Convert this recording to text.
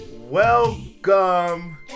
Welcome